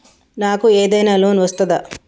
నాకు ఏదైనా లోన్ వస్తదా?